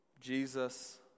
Jesus